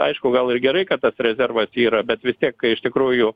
aišku gal ir gerai kad tas rezervas yra bet vis tiek kai iš tikrųjų